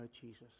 Jesus